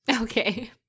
Okay